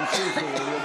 בושה.